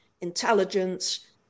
intelligence